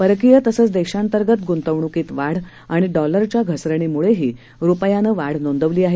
परकीय तसंच देशांतर्गत ग्णतवण्कीत वाढ आणि डॉलरच्या घसरणीम्ळेही रुपयानं वाढ नोंदवली आहे